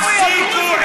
עיסאווי.